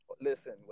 Listen